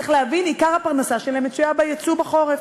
צריך להבין, עיקר הפרנסה שלהם מצויה ביצוא החורף.